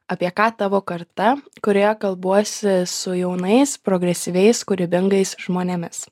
apie ką tavo karta kurioje kalbuosi su jaunais progresyviais kūrybingais žmonėmis